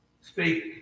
speak